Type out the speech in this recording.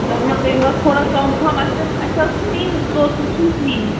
کٔرِیو حظ تھوڑا کَم پَہَم اسہِ حظ اسہِ حظ چھِ نِنۍ زٕ ژور سوٗٹ چھِ اسہِ نِنۍ